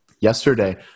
Yesterday